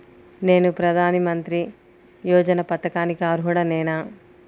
నేను ప్రధాని మంత్రి యోజన పథకానికి అర్హుడ నేన?